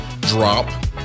drop